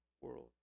world